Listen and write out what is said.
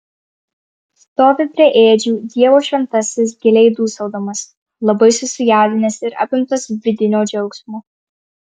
stovi prie ėdžių dievo šventasis giliai dūsaudamas labai susijaudinęs ir apimtas vidinio džiaugsmo